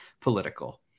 political